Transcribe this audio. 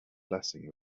blessing